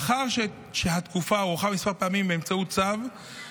לאחר שהתקופה הוארכה כמה פעמים באמצעות צו,